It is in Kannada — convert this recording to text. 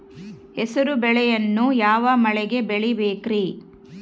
ಹೆಸರುಬೇಳೆಯನ್ನು ಯಾವ ಮಳೆಗೆ ಬೆಳಿಬೇಕ್ರಿ?